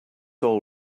all